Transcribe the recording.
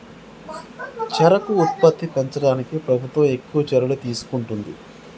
చెరుకు ఉత్పత్తి పెంచడానికి ప్రభుత్వం ఎక్కువ చర్యలు తీసుకుంటుంది